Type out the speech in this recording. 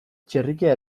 txerrikia